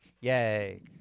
Yay